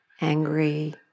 angry